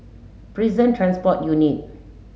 Prison Transport Unit